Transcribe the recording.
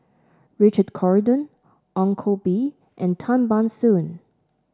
Richard Corridon Ong Koh Bee and Tan Ban Soon